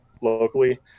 locally